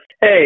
Hey